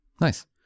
Nice